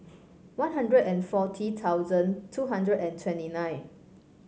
One Hundred and forty thousand two hundred and twenty nine